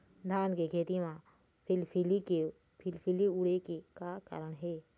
धान के खेती म फिलफिली उड़े के का कारण हे?